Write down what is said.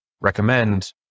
recommend